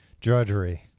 Drudgery